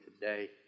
today